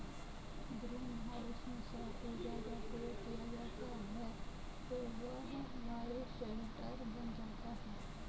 green house में जब सौर ऊर्जा का प्रयोग किया जाता है तो वह बायोशेल्टर बन जाता है